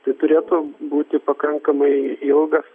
tai turėtų būti pakankamai ilgas